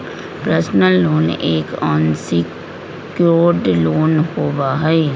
personal loan एक unsecured loan होबा हई